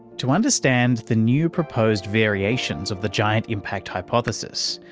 to understand the new proposed variations of the giant impact hypothesis,